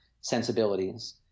sensibilities